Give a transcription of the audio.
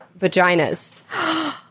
vaginas